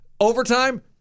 Overtime